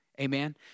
Amen